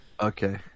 Okay